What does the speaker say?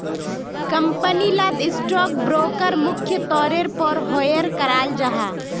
company लात stock broker मुख्य तौरेर पोर हायर कराल जाहा